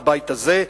לבית הזה,